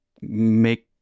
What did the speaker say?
make